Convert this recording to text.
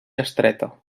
estreta